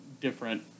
different